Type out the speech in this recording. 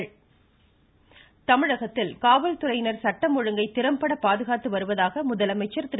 ருருருருரு முதலமைச்சர் தமிழகத்தில் காவல்துறையினர் சட்டம் ஒழுங்கை திறம்பட பாதுகாத்து வருவதாக முதலமைச்சர் திரு